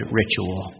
ritual